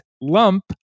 lump